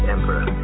Emperor